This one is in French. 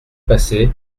passé